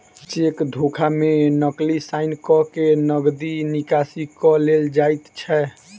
cheque धोखा मे नकली साइन क के नगदी निकासी क लेल जाइत छै